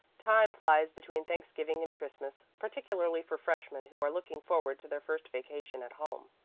time flies between thanksgiving and christmas, particularly for freshmen who are looking forward to their first vacation at home.